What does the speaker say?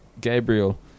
Gabriel